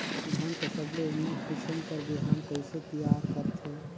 धान कर सबले उन्नत किसम कर बिहान कइसे तियार करथे?